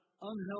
unhealthy